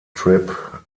trip